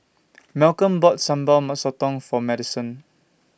Malcom bought Sambal Sotong For Madisen